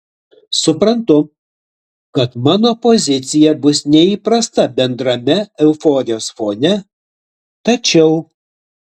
suprantu kad mano pozicija bus neįprasta bendrame euforijos fone tačiau